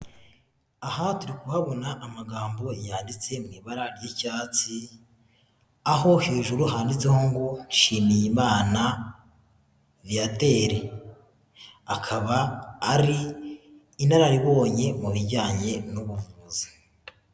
Aha turi kuhabona amagambo yanditse mu ibara ry'icyatsi, aho hejuru handitseho ngo Nshimiyimana Viateur, akaba ari inararibonye mu bijyanye n'ubuvuzi.